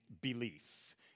belief